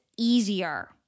easier